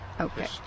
Okay